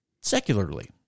secularly